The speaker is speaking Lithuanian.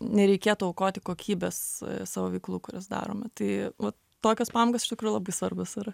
nereikėtų aukoti kokybės savo veiklų kurias darome tai va tokios pamokos iš tikrųjų labai svarbios yra